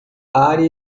área